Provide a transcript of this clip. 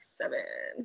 seven